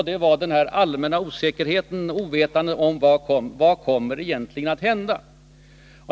Det gällde den allmänna osäkerheten, ovetandet om vad som egentligen kommer att hända.